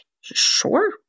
Sure